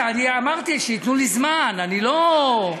בסדר, אני אמרתי שייתנו לי זמן, אני לא,